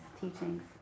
teachings